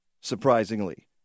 surprisingly